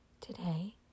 Today